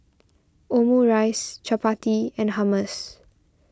Omurice Chapati and Hummus